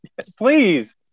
please